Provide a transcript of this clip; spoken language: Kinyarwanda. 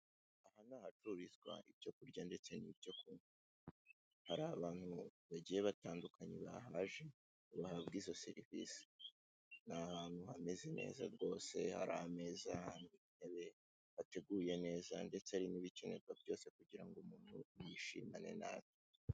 Aha ni ahacururizwa ibyo kurya ndetse n'ibyo kunywa hari abantu bagiye batandukanye bahaje ngo bahabwe izo serivise, ni ahantu hameze neza rwose hari n'ameza hari intebe hateguye neza ndetse hari n'ibikenerwa byose kugira ngo umuntu yishimane n'abe.